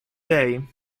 day